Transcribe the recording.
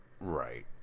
Right